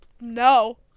no